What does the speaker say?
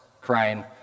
crying